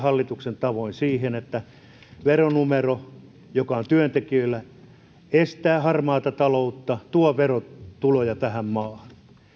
hallituksien tavoin siihen että veronumero joka on työntekijöillä estää harmaata taloutta ja tuo verotuloja tähän maahan